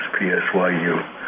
PSYU